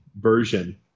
version